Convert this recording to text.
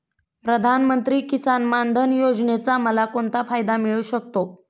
प्रधानमंत्री किसान मान धन योजनेचा मला कोणता फायदा मिळू शकतो?